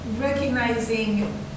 recognizing